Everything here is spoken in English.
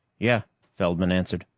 yeah, feldman answered.